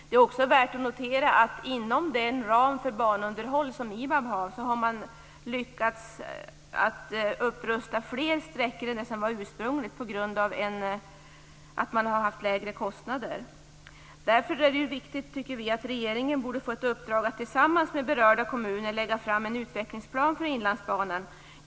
Det är också värt att notera att IBAB inom ramen för banunderhåll har lyckats rusta upp fler sträckor än som ursprungligen var meningen på grund av att man har haft lägre kostnader. Därför tycker vi att det är viktigt att regeringen får i uppdrag att tillsammans med berörda kommuner lägga fram en utvecklingsplan för Inlandsbanan.